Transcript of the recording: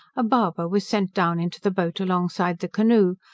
a barber was sent down into the boat along-side the canoe,